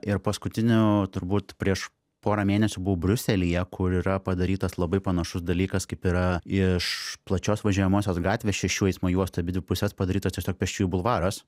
ir paskutinio turbūt prieš porą mėnesių buvau briuselyje kur yra padarytas labai panašus dalykas kaip yra iš plačios važiuojamosios gatvės šešių eismo juostų į abidvi puses padarytas tiesiog pėsčiųjų bulvaras